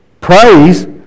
praise